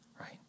right